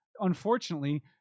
unfortunately